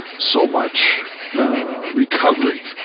so much, ah recovery,